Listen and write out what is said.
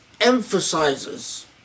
emphasizes